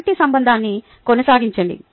కంటి సంబంధాన్ని కొనసాగించండి